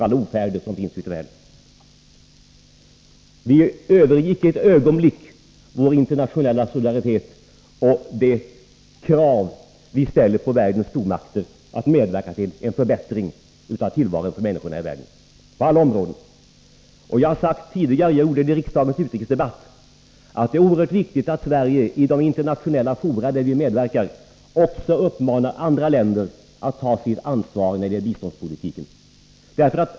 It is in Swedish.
Vi överger inte för ett ögonblick vår internationella solidaritet och de krav vi ställer på världens stormakter att medverka till en förbättring av tillvaron på alla områden för människor i världen. Jag har tidigare, bl.a. i riksdagens utrikesdebatt, sagt att det är oerhört viktigt att Sverige i de internationella fora där vi medverkar också uppmanar andra länder att ta sitt ansvar när det gäller biståndspolitiken.